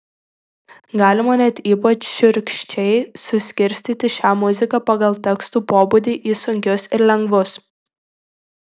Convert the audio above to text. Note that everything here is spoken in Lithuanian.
galima net ypač šiurkščiai suskirstyti šią muziką pagal tekstų pobūdį į sunkius ir lengvus